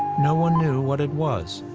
no one knew what it was.